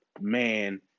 man